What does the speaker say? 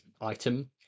item